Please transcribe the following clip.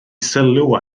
sylw